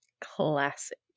Classic